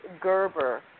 Gerber